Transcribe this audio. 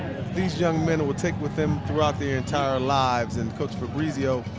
these young men will take with them throughout their entire lives and coach fabrizio,